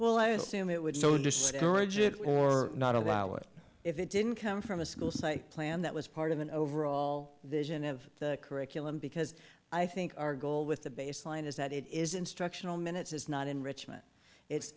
discourage it will or not allow it if it didn't come from a school site land that was part of an overall vision of the curriculum because i think our goal with the baseline is that it is instructional minutes is not enrichment it's